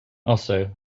also